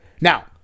Now